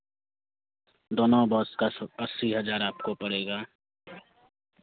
दोनों बस का अस्सी हज़ार आपको पड़ेगा